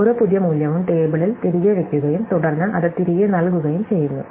ഓരോ പുതിയ മൂല്യവും ടേബിളിൽ തിരികെ വയ്ക്കുകയും തുടർന്ന് അത് തിരികെ നൽകുകയും ചെയ്യുന്നു